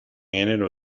enero